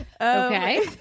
Okay